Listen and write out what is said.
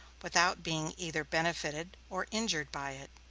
without being either benefited or injured by it.